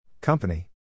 Company